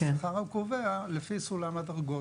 השכר הקובע הוא לפי סולם הדרגות.